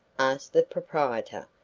asked the proprietor,